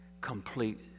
Complete